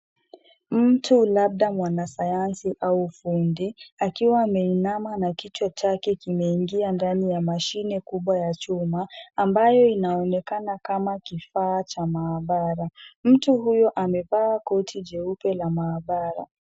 Mtu, labda mwanasayansi au fundi akiwa ameinama na kichwa chake kimeingia ndani ya mashine kubwa ya chuma ambayo inaonekana kama kifaa cha maabara. Mtu huyo amevaa koti jeupe la maabara.